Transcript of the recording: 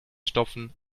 stopfen